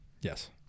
Yes